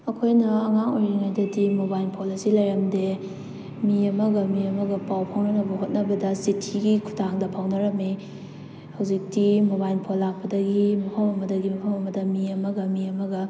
ꯑꯩꯈꯣꯏꯅ ꯑꯉꯥꯡ ꯑꯣꯏꯔꯤꯉꯩꯗꯗꯤ ꯃꯣꯕꯥꯏꯟ ꯐꯣꯜ ꯑꯁꯤ ꯂꯩꯔꯝꯗꯦ ꯃꯤ ꯑꯃꯒ ꯃꯤ ꯑꯃꯒ ꯄꯥꯎ ꯐꯥꯎꯅꯅꯕ ꯍꯣꯠꯅꯕꯗ ꯆꯤꯊꯤꯒꯤ ꯈꯨꯊꯥꯡꯗ ꯐꯥꯎꯅꯔꯝꯃꯤ ꯍꯧꯖꯤꯛꯇꯤ ꯃꯣꯕꯥꯏꯟ ꯐꯣꯜ ꯂꯥꯛꯄꯗꯒꯤ ꯃꯐꯝ ꯑꯃꯗꯒꯤ ꯃꯐꯝ ꯑꯃꯗ ꯃꯤ ꯑꯃꯒ ꯃꯤ ꯑꯃꯒ